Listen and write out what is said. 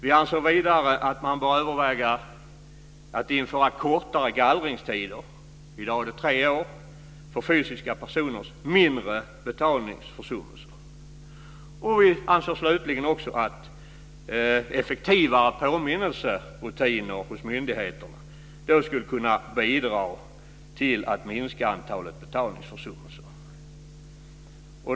Vi anser vidare att man bör överväga att införa kortare gallringstid - i dag är den tre år - för fysiska personers mindre betalningsförsummelser. Vi anser slutligen också att effektivare påminnelserutiner hos myndigheterna skulle kunna bidra till att minska antalet betalningsförsummelser.